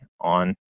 on